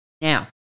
Now